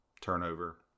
turnover